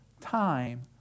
time